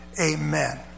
Amen